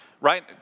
right